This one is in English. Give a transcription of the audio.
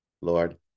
Lord